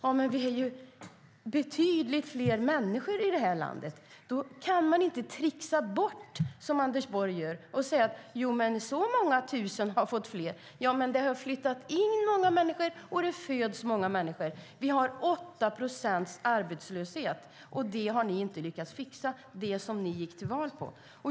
Ja, men vi är ju betydligt fler människor i det här landet. Då kan man inte tricksa som Anders Borg gör och säga: Så många tusen fler har fått jobb. Men det har flyttat in många människor, och det föds många människor. Vi har en arbetslöshet på 8 procent, och det har ni inte lyckats fixa, det som ni gick till val på.